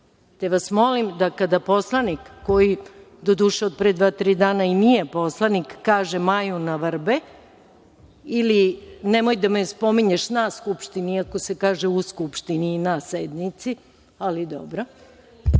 te vas molim da kada poslanik, koji doduše od pre dva-tri dana i nije poslanik, kaže - Maju na vrbe, ili - nemoj da me spominješ na Skupštini, iako se kaže u Skupštini i na sednici, ali